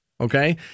Okay